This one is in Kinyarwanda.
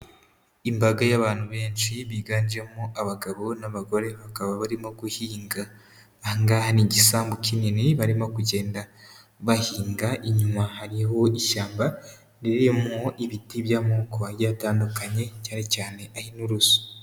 Imbaga y'abantu benshi biganjemo abagabo n'abagore bakaba barimo guhinga. Aha ngaha ni igisambu kinini barimo kugenda bahinga. Inyuma hariho ishyamba ririmo ibiti by'amoko atandukanye cyane cyane ay'inturusu.